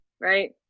right